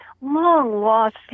long-lost